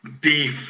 beef